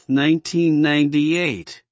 1998